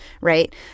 right